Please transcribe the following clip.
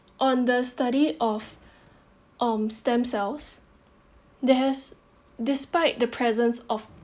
on the study of um stem cells there has despite the presence of